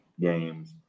Games